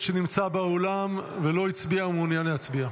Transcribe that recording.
שנמצא באולם ולא הצביע ומעוניין להצביע?